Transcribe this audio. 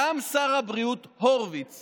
קם שר הבריאות הורוביץ